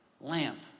lamp